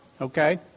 Okay